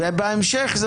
ובהמשך: